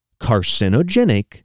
carcinogenic